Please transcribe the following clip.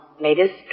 latest